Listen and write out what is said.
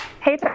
Hey